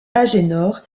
agénor